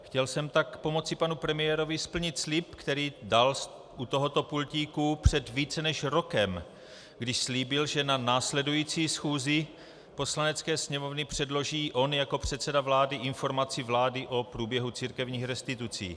Chtěl jsem tak pomoci panu premiérovi splnit slib, který dal u tohoto pultíku před více než rokem, když slíbil, že na následující schůzi Poslanecké sněmovny předloží on jako předseda vlády informaci vlády o průběhu církevních restitucí.